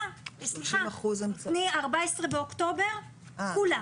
מ-14 באוקטובר כולה.